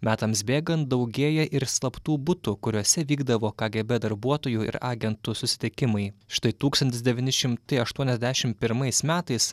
metams bėgant daugėja ir slaptų butų kuriuose vykdavo kgb darbuotojų ir agentų susitikimai štai tūkstantis devyni šimtai aštuoniasdešimt pirmais metais